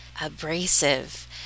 abrasive